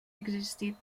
existit